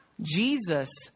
Jesus